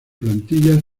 plantillas